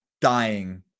dying